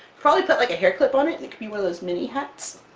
probably put, like a hair clip on it, and it can be one of those mini-hats!